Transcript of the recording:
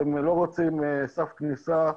אתם לא רוצים סף כניסה,